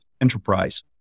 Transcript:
Enterprise